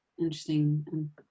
Interesting